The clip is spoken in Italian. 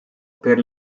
per